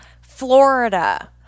Florida